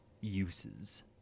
uses